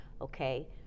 okay